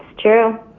true.